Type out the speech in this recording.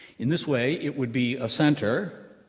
in this way, it would be a center,